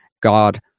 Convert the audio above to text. God